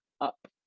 up